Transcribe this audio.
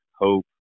hope